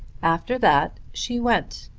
after that she went,